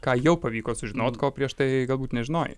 ką jau pavyko sužinot ko prieš tai galbūt nežinojai